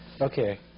Okay